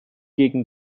gegen